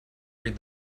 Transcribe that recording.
read